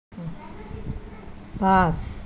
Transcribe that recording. পাঁচ